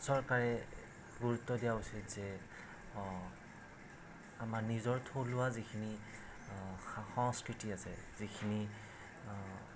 চৰকাৰে গুৰুত্ব দিয়া উচিত যে আমাৰ নিজৰ থলুৱা যিখিনি সংস্কৃতি আছে যিখিনি